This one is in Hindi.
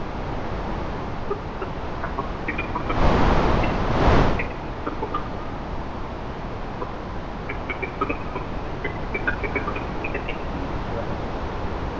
जी सही बात है